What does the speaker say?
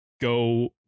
go